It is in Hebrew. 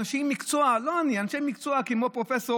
אנשי מקצוע, לא אני, אנשי מקצוע כמו פרופ'